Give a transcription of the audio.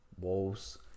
walls